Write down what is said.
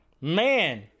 man